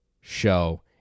show